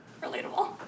Relatable